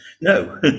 no